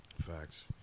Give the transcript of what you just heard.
Facts